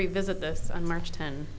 revisit this on march ten